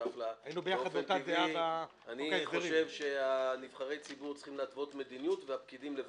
חושב שנבחרי ציבור צריכים להתוות מדיניות והפקידים לבצע,